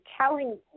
telling